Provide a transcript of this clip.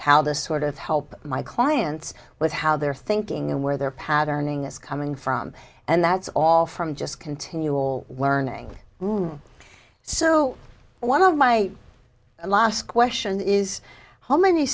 how this sort of help my clients with how they're thinking and where their patterning is coming from and that's all from just continual learning so one of my last question is how many